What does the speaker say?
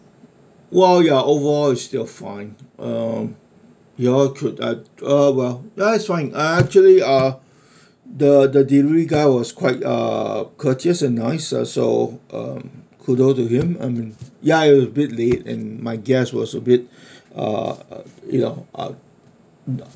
well ya overall it's still fine uh y'all could uh uh well that's fine I actually uh the the delivery guy was quite uh courteous and nice uh so um kudo to him and ya it a bit late and my guest was a bit you know um